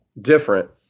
different